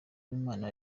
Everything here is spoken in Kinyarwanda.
uwimana